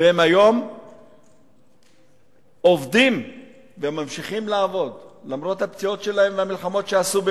והם היום עובדים וממשיכים לעבוד למרות הפציעות שלהם והמלחמות שעשו,